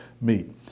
meet